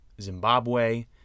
Zimbabwe